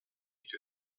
que